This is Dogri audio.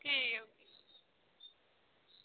ठीक ऐ